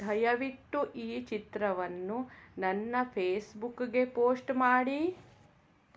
ದಯವಿಟ್ಟು ಈ ಚಿತ್ರವನ್ನು ನನ್ನ ಫೇಸ್ಬುಕ್ಗೆ ಪೋಸ್ಟ್ ಮಾಡಿ